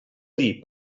dir